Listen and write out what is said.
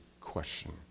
question